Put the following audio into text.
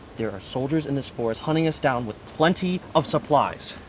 there are soldiers in this forest hunting us down with plenty of supplies.